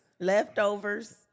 leftovers